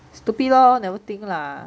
stupid lor never think lah